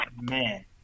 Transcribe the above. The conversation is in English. Man